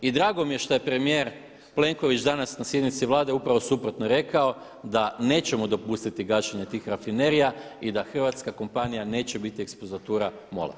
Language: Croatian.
I drago mi je šta je premijer Plenković danas na sjednici Vlade upravo suprotno rekao da nećemo dopustiti gašenje tih rafinerija i da hrvatska kompanija neće biti ekspozitura MOL-a.